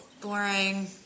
Boring